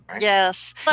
Yes